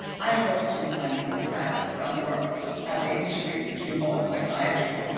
i have often in my legal practice done work at the interface between law and psychiatry,